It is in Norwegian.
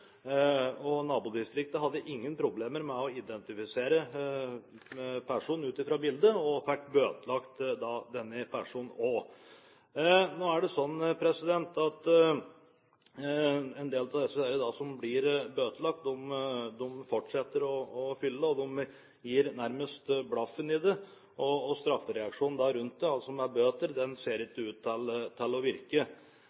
nabodistriktet. Nabodistriktet hadde ingen problemer med å identifisere personen ut fra bildet, og fikk bøtelagt denne personen også. Nå er det slik at en del av disse som blir bøtelagt, fortsetter å fylle, de gir nærmest blaffen i det, og straffereaksjonen rundt det, altså med bøter, ser